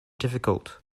difficult